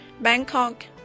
Bangkok